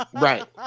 Right